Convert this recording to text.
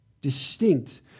distinct